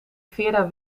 vera